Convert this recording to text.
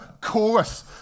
chorus